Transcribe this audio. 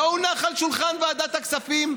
לא הונח על שולחן ועדת הכספים,